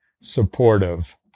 supportive